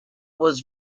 was